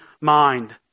mind